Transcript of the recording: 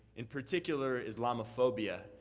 in particular islamophobia.